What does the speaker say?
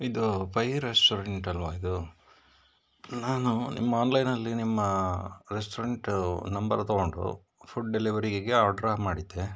ಇದು ಪೈ ರೆಸ್ಟೋರೆಂಟ್ ಅಲ್ವಾ ಇದು ನಾನು ನಿಮ್ಮ ಆನ್ಲೈನಲ್ಲಿ ನಿಮ್ಮ ರೆಸ್ಟೋರೆಂಟ್ ನಂಬರ್ ತಗೊಂಡು ಫುಡ್ ಡೆಲಿವರಿಗೆ ಆರ್ಡ್ರಾ ಮಾಡಿದ್ದೆ